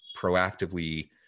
proactively